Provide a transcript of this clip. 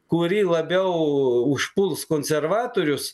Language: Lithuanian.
kuri labiau užpuls konservatorius